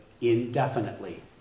indefinitely